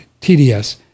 TDS